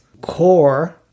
core